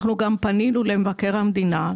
אנחנו גם פנינו למבקר המדינה.